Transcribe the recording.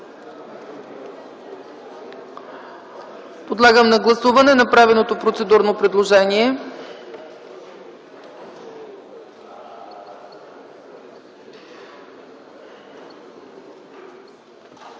Подлагам на гласуване направеното процедурно предложение.